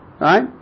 right